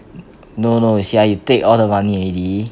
no no you see ah you take all the money already